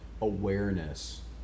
awareness